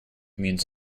means